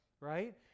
right